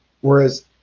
Whereas